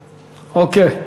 אוקיי,